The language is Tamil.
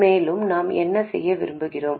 மேலும் நாம் என்ன செய்ய விரும்புகிறோம்